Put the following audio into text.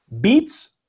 Beets